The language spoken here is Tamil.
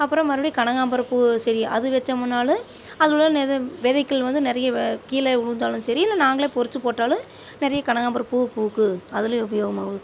அப்புறம் மறுபடி கனகாபரம் பூ செடி அது வைச்சமுன்னாலும் அதில் உள்ள நெத விதைக்கள் வந்து நிறைய வ கீழே விழுந்தாலும் சரி இல்லை நாங்களே பொரித்து போட்டாலும் நிறைய கனகாம்பரம் பூ பூக்கும் அதுலேயும் உபயோகமாகவும்